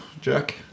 Jack